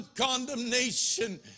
condemnation